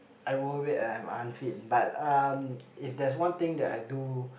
I'm overweight and am unfit but um if there's one thing that I do